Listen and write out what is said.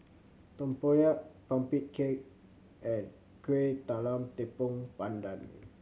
tempoyak pumpkin cake and Kueh Talam Tepong Pandan